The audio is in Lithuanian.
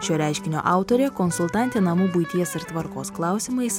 šio reiškinio autorė konsultantė namų buities ir tvarkos klausimais